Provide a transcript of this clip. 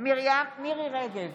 מירי מרים רגב,